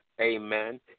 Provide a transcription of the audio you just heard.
Amen